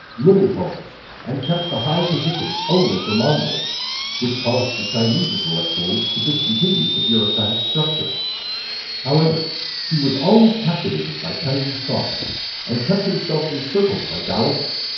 living homes and kept the high positions only for mongols which caused the chinese intellectuals to discontinue the bureaucratic structure however he was always captivated by chinese thoughts and kept himself encircled by taoists,